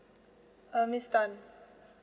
uh miss tan